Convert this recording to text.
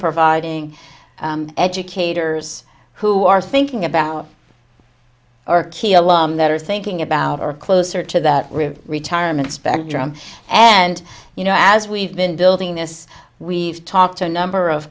providing educators who are thinking about our key ally that are thinking about are closer to that retirement spectrum and you know as we've been building this we've talked to a number of